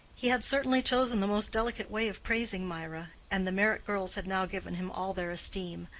he had certainly chosen the most delicate way of praising mirah, and the meyrick girls had now given him all their esteem.